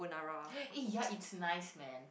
eh ya it's nice man